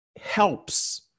helps